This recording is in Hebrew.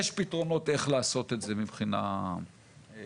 יש פתרונות איך לעשות את זה מבחינה פיזית,